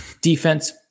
defense